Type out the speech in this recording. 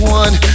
one